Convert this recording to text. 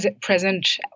present